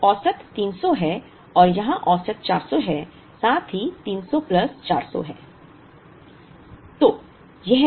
तो औसत 300 है और यहां औसत 400 है साथ ही 300 प्लस 400 है